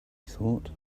thought